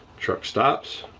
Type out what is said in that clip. truck stops,